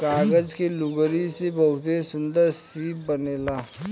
कागज के लुगरी से बहुते सुन्दर शिप बनेला